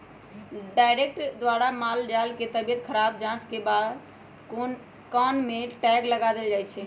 doctor द्वारा माल जाल के तबियत स्वस्थ जांच के बाद कान में टैग लगा देल जाय छै